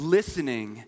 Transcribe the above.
Listening